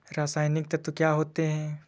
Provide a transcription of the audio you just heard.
रसायनिक तत्व क्या होते हैं?